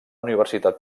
universitat